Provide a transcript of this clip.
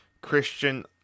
Christian